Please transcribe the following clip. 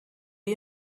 you